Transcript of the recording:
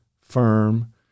firm